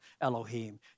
Elohim